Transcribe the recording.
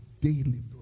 daily